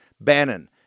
bannon